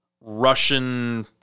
Russian